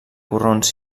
corrons